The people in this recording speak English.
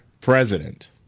president